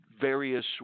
various